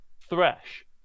Thresh